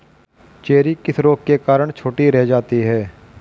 Cherry किस रोग के कारण छोटी रह जाती है?